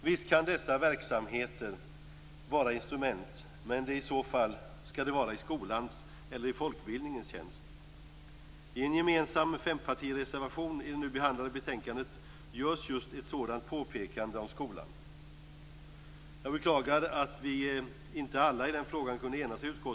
Visst kan dessa verksamheter vara instrument, men de skall i så fall vara i skolans eller i folkbildningens tjänst. I en gemensam fempartireservation fogat till det betänkande vi behandlar nu görs just ett sådant påpekande om skolan. Jag beklagar att inte alla i utskottet kunde enas i frågan.